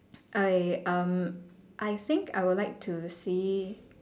okay um I think I would like to see